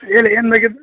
ಹೇಳಿ ಏನು ಬೇಕಿತ್ತು